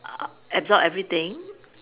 err absorb everything